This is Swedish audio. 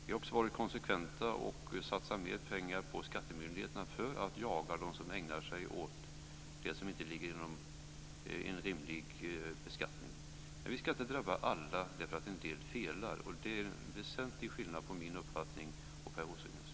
Vi har varit konsekventa, och satsar mer pengar på skattemyndigheterna för att jaga dem som ägnar sig åt det som inte ligger inom en rimlig beskattning. Men reglerna ska inte drabba alla därför att en del felar. Där finns en väsentlig skillnad i min uppfattning och Per Rosengrens.